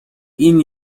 این